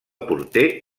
porter